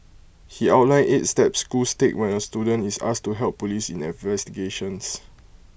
he outlined eight steps schools take when A student is asked to help Police in investigations